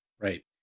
Right